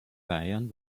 bayern